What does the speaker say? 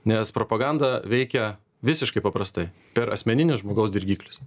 nes propaganda veikia visiškai paprastai per asmeninius žmogaus dirgiklius